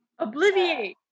obliviate